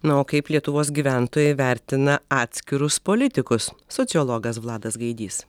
na o kaip lietuvos gyventojai vertina atskirus politikus sociologas vladas gaidys